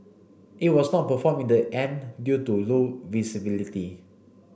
it was not performed in the end due to low visibility